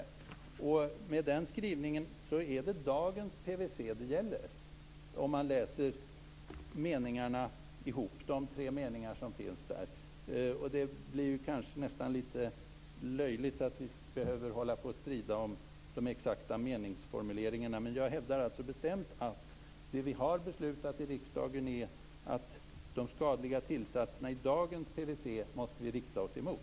I och med denna skrivning är det dagens PVC det gäller. Det blir nästan litet löjligt att behöva strida om de exakta formuleringarna. Men jag hävdar bestämt att det som vi har beslutat i riksdagen är att vi måste rikta oss mot de skadliga tillsatserna i dagens PVC.